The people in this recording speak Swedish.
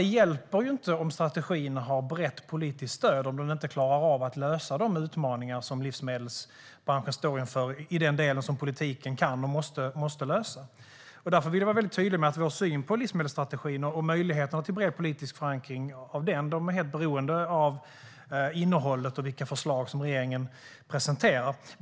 Det hjälper inte om strategin har brett politiskt stöd om den inte klarar att lösa de utmaningar som livsmedelsbranschen står inför när det gäller det som politiken kan och måste lösa. Därför vill jag vara väldigt tydlig med att vår syn på livsmedelsstrategin och möjligheterna till bred politisk förankring av den är helt beroende av innehållet och vilka förslag regeringen presenterar.